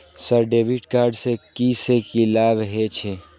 Sir debit card से की से की लाभ हे छे?